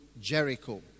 Jericho